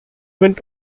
went